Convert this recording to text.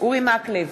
אורי מקלב,